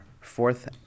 fourth